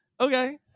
Okay